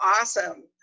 awesome